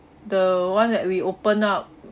the one that we open up